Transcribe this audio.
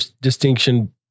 distinction